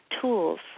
tools